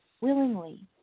willingly